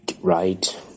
Right